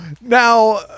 Now